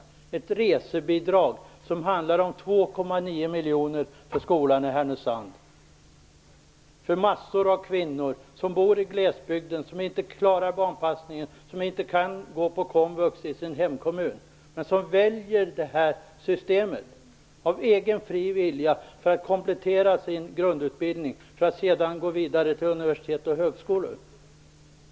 Det ges resebidrag på 2,9 miljoner för skolan i Härnösand. Massor av kvinnor som bor i glesbygden, som inte klarar barnpassningen och inte kan gå på komvux i sin hemkommun väljer av egen fri vilja detta system för att komplettera sin grundutbildning för att sedan gå vidare till universitet och högskolor.